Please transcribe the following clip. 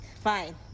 fine